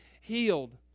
healed